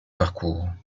parcours